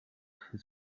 his